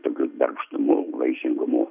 tokiu darbštumu vaišingumu